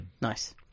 Nice